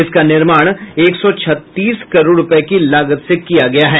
इसका निर्माण एक सौ छत्तीस करोड़ रूपये की लागत से किया गया है